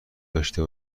داشته